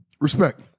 Respect